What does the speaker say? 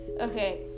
okay